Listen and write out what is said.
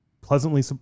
pleasantly